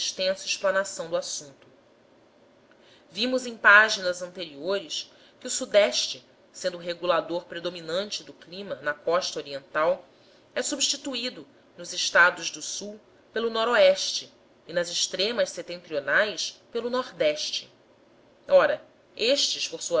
explanação do assunto vimos em páginas anteriores que o se sendo o regulador predominante do clima na costa oriental é substituído nos estados do sul pelo no e nas extremas setentrionais pelo ne ora estes por